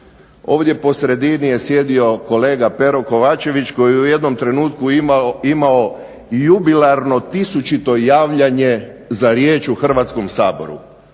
Ovdje po sredini je sjedio kolega Pero Kovačević koji je u jednom trenutku imao jubilarno tisućito javljanje za riječ u Hrvatskom saboru.